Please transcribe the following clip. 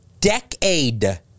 decade